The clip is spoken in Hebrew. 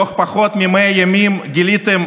תוך פחות מ-100 ימים גיליתם,